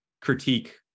critique